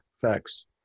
Facts